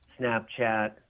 Snapchat